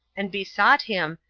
and besought him,